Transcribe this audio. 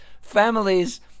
families